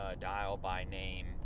dial-by-name